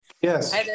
Yes